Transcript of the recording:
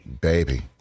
baby